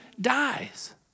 dies